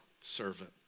servant